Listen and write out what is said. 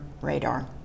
radar